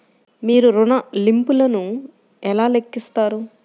మీరు ఋణ ల్లింపులను ఎలా లెక్కిస్తారు?